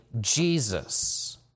Jesus